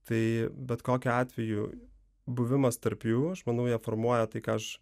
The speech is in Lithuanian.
tai bet kokiu atveju buvimas tarp jų aš manau jie formuoja tai ką aš